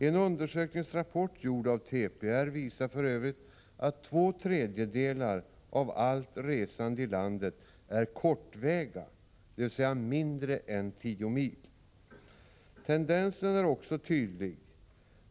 En undersökningsrapport, gjord av TPR, visar för övrigt att två tredjedelar av allt resande är kortväga, dvs. mindre än 10 mil. Tendensen är också tydlig.